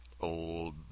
Old